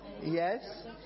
Yes